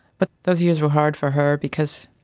but those years were hard for her because,